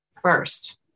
First